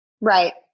Right